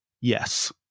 yes